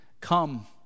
Come